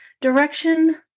direction